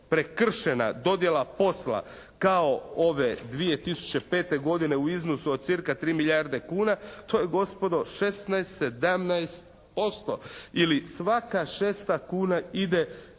prekršena dodjela posla kao ove 2005. godine u iznosu od cirka 3 milijarde kuna to je gospodo 16, 17% ili svaka šesta kuna ide